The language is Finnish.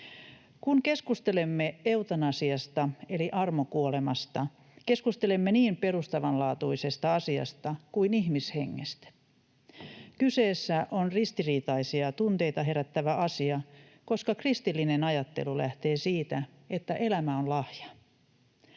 Kun keskustelemme eutanasiasta eli armokuolemasta, keskustelemme niin perustavanlaatuisesta asiasta kuin ihmishengestä. Kyseessä on ristiriitaisia tunteita herättävä asia, koska kristillinen ajattelu lähtee siitä, että elämä on lahja.